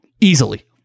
Easily